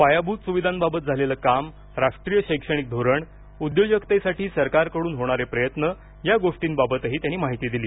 पायाभूत सुविधांबाबत झालेलं काम राष्ट्रीय शैक्षणिक धोरण उद्योजकतेसाठी सरकारकडून होणारे प्रयत्न या गोर्षींबाबतही त्यांनी माहिती दिली